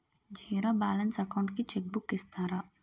Zero balance account కి cheque book ఇస్తారా?